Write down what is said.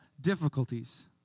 difficulties